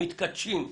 מתכתשים,